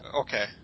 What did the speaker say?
Okay